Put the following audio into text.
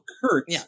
Kurt